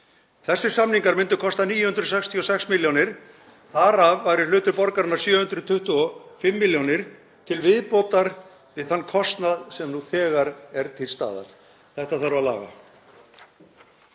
Þessir samningar myndu kosta 966 millj. kr., þar af væri hlutur borgarinnar 725 millj. kr. til viðbótar við þann kostnað sem nú þegar er til staðar. Þetta þarf að laga.